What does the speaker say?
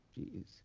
Jeez